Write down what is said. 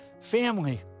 family